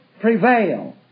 prevail